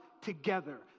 together